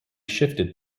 shifted